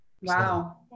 Wow